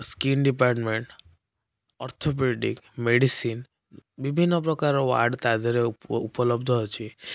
skin department orthopaedic medicine ବିଭିନ୍ନ ପ୍ରକାର ward ତା' ଦେହରେ ଉପଲବ୍ଧ ଅଛି